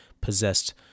possessed